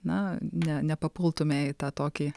na ne nepapultume į tą tokį